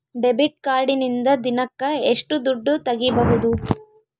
Debit ಕಾರ್ಡಿನಿಂದ ದಿನಕ್ಕ ಎಷ್ಟು ದುಡ್ಡು ತಗಿಬಹುದು?